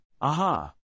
Aha